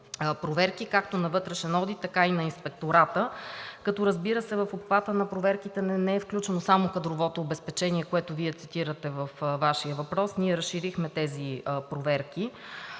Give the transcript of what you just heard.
проверки както на „Вътрешен одит“, така и на Инспектората. Като, разбира се, в обхвата на проверките не е включено само кадровото обезпечение, което Вие цитирате във Вашия въпрос, ние разширихме тези проверки.